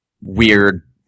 weird